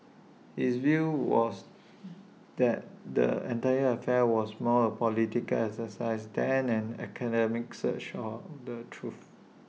his view was that the entire affair was more A political exercise than an academic search for the truth